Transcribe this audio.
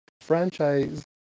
franchise